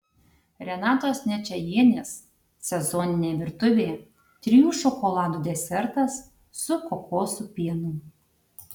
renatos ničajienės sezoninė virtuvė trijų šokoladų desertas su kokosų pienu